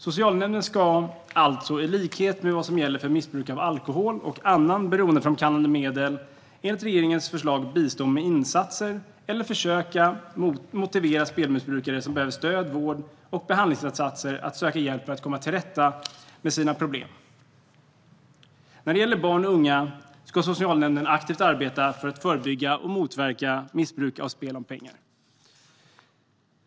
Socialnämnden ska alltså, i likhet med vad som gäller för missbruk av alkohol och andra beroendeframkallande medel, enligt regeringens förslag bistå med insatser eller försöka motivera spelmissbrukare som behöver stöd, vård och behandlingsinsatser att söka hjälp för att komma till rätta med sina problem. När det gäller barn och unga ska socialnämnden arbeta aktivt för att förebygga och motverka missbruk av spel om pengar.